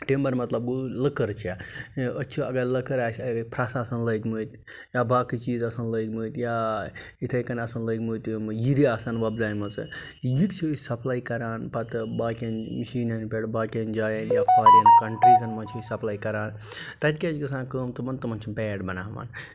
timber مطلب گوٚو لٔکٕر چھےٚ أسۍ چھِ اگر لٔکٕر آسہِ پھرٛٮ۪س اَسَن لٲگۍمٕتۍ یا باقٕے چیٖز آسَن لٲگۍمٕتۍ یا یِتھَے کَنۍ آسَن لٲگۍمٕتۍ یِم یِرِ آسَن وۄپدایمَژٕ یہِ تہِ چھِ أسۍ سپلَے کَران پَتہٕ باقِین مِشیٖنَن پٮ۪ٹھ باقِین جاین یا فارِن کنٹرٛیٖزَن منٛز چھِ أسۍ سپلَے کَران تَتہِ کیٛاہ چھِ گَژھان کٲم تِمَن تِمَن چھِ بیٹ بَناوان